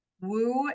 woo